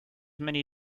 many